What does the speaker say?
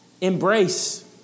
embrace